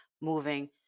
moving